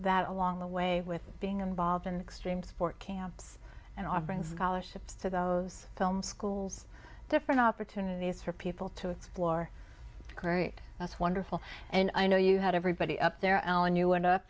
that along the way with being involved in extreme sport camps and offering scholarships to those film schools different opportunities for people to explore the great that's wonderful and i know you had everybody up there allan you